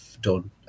done